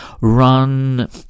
run